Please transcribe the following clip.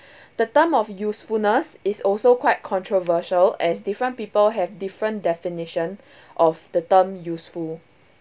the term of usefulness is also quite controversial as different people have different definition of the term useful